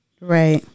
Right